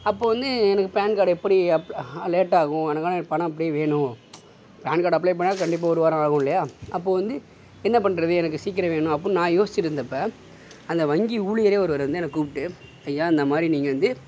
அப்போது வந்து எனக்கு பேன் கார்டு எப்படி லேட் ஆகும் பணம் அப்டியே வேணும் பேன் கார்டு அப்ளே பண்ணால் கண்டிப்பாக ஒரு வாரம் ஆகும் இல்லையா அப்போது வந்து என்ன பண்ணுறது எனக்கு சீக்கிரம் வேணும் அப்டின் நான் யோஸ்ச்சிட்ருந்தப்ப அந்த வங்கி ஊழியரே ஒருவர் வந்து என்ன கூப்பிட்டு ஐயா இந்த மாதிரி நீங்கள் வந்து